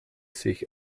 sich